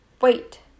Wait